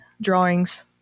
drawings